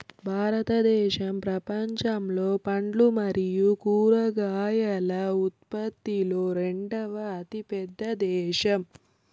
భారతదేశం ప్రపంచంలో పండ్లు మరియు కూరగాయల ఉత్పత్తిలో రెండవ అతిపెద్ద దేశం